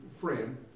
friend